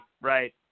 right